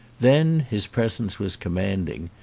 then his presence was commanding.